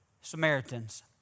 Samaritans